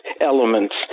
elements